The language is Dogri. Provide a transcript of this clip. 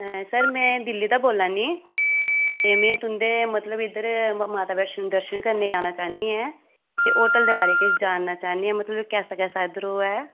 ऐं सर में दिल्ली दा बोल्लै नी ते में तुं'दे मतलब इद्धर माता वैष्णो दे दर्शन करने गी औना चाह्न्नी आं ते होटल दे बारै किश जानना चाह्न्नी आं मतलब कैसा कैसा इद्धर ओह् ऐ